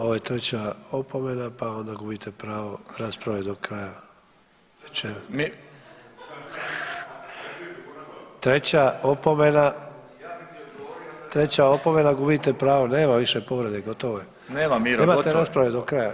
Ovo je treća opomena, pa onda gubite pravo rasprave do kraja večeri. … [[Upadica iz klupe se ne razumije]] Treća opomena … [[Upadica iz klupe se ne razumije]] treća opomena, gubite pravo, nema više povrede, gotovo je [[Upadica iz klupe: Nema Miro, gotovo je, fajrunt]] Nemate rasprave do kraja.